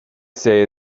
say